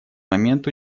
момент